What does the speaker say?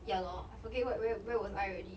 ya lor I forget what where where was I already